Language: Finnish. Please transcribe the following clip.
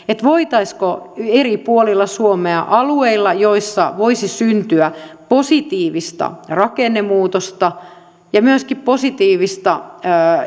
voitaisiinko eri puolilla suomea alueilla joilla voisi syntyä positiivista rakennemuutosta ja myöskin positiivista